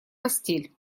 постель